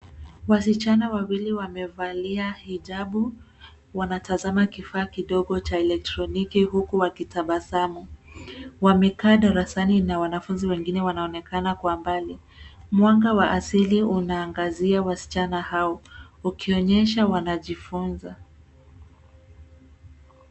Wasichana wawili wamevalia hijabu, wanatazama kifaa kidogo cha elektroniki huku wakitabasamu. Wamekaa darasani na wanafunzi wengine wanaonekana kwa mbali. Mwanga wa asili unaangazia wasichana hao ukionyesha wanajifunza.